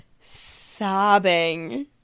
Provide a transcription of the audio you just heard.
sobbing